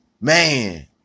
man